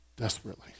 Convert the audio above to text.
desperately